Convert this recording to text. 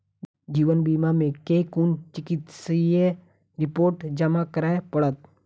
जीवन बीमा मे केँ कुन चिकित्सीय रिपोर्टस जमा करै पड़त?